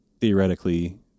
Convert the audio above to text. theoretically